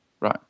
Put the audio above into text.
Right